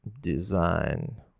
Design